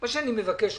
מה שאני מבקש ממך,